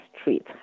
street